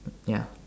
ya